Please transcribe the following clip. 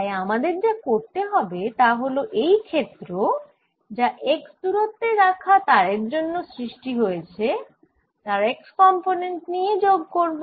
তাই আমাদের যা করতে হবে তা হলে এই ক্ষেত্র যা x দূরত্বে রাখা তারের জন্য সৃষ্টি হয়েছে তার x কম্পোনেন্ট নিয়ে যোগ করব